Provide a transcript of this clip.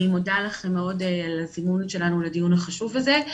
אני מאוד מודה לכם על הזימון שלנו לדיון החשוב הזה.